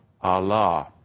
Allah